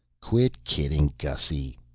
quit kidding, gussy.